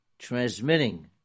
Transmitting